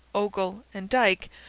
ogle, and dyke,